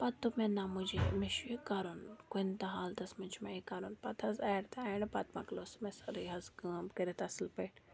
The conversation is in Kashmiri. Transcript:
پَتہٕ دوٚپ مےٚ نَہ مجھے مےٚ چھُ یہِ کَرُن کُنہِ تہِ حالتَس منٛز چھِ مےٚ یہِ کَرُن پَتہٕ حظ ایٹ دَ اٮ۪نٛڈ پَتہٕ مۄکلو سُہ مےٚ سٲرٕے حظ کٲم کٔرِتھ اَصٕل پٲٹھۍ